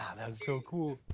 and that was so cool.